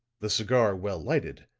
the cigar well lighted,